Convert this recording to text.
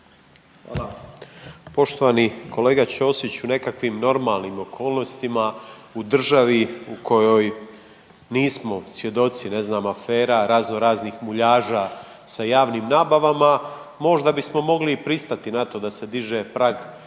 Hvala. Poštovani kolega Ćosiću u nekakvim normalnim okolnostima u državi u kojoj nismo svjedoci ne znam afera, razno raznih muljaža sa javnim nabavama možda bismo i mogli pristati na to da se diže prag